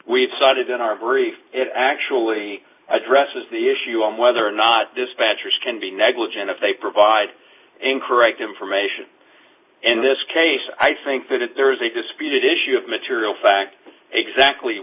we've cited in our brief it actually addresses the issue on whether or not dispatchers can be negligent if they provide an incorrect information in this case i think that if there is a disputed issue of material fact exactly